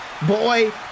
boy